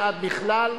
ועד בכלל,